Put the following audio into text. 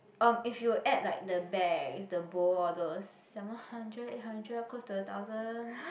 um if you add like the bags the bow all those seven hundred eight hundred close to a thousand